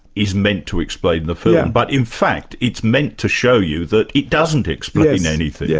is meant to explain the film, but in fact it's meant to show you that it doesn't explain anything. yes,